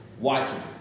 Watching